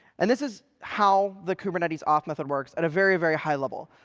and this is how the kubernetes auth method works at a very, very high level.